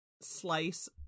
slice